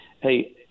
hey